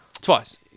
Twice